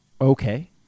Okay